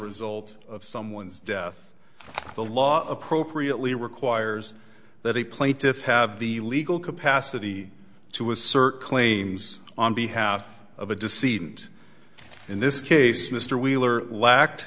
result of someone's death the law appropriately requires that the plaintiffs have the legal capacity to assert claims on behalf of a deceit and in this case mr wheeler lacked